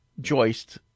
joist